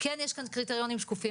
כן יש כאן קריטריונים שקופים.